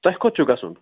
تۄہہِ کوٚت چھُ گژھُن